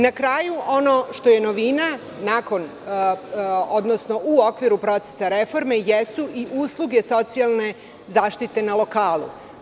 Na kraju, ono što je novina u okviru procesa reforme jesu i usluge socijalne zaštite na lokalu.